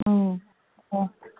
ꯑꯣ ꯑꯣ